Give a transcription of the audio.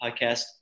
podcast